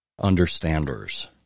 understanders